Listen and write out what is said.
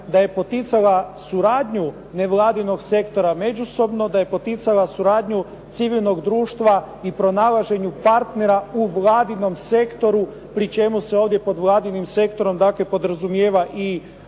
da je poticala suradnju nevladinog sektora međusobno, da je poticala suradnju civilnog društva i pronalaženju partnera u Vladinom sektoru pri čemu se ovdje pod Vladinim sektor podrazumijeva i lokalna